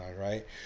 right